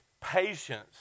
patience